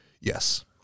yes